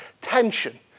tension